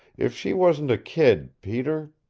if she wasn't a kid, peter!